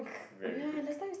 very big